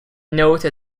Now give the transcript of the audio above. noted